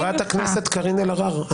חברת הכנסת קארין אלהרר,